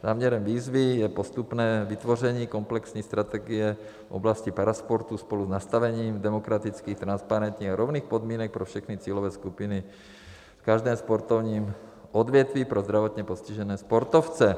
Záměrem výzvy je postupné vytvoření komplexní strategie v oblasti parasportu spolunastavením demokratických, transparentních a rovných, podmínek pro všechny cílové skupiny v každém sportovním odvětví pro zdravotně postižené sportovce.